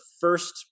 first